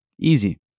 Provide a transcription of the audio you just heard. Easy